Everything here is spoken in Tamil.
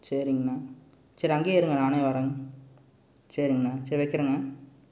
சரிங்கண்ணா சரி அங்கேயே இருங்க நானே வரேன் சரிங்கண்ணா சரி வைக்கிறேண்ணா